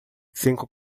cinco